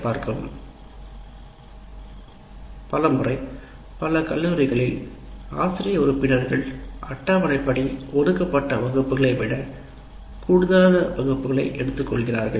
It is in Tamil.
பல முறை பல கல்லூரிகளில் ஆசிரிய உறுப்பினர்கள் அட்டவணைப்படி ஒதுக்கப்பட்ட வகுப்புகளை விட கூடுதலான வகுப்பில் எடுத்துக் கொள்கிறார்கள்